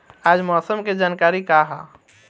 आज मौसम के जानकारी का ह?